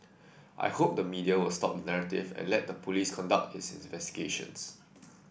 I hope the media will stop the narrative and let the police conduct its investigations